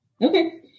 Okay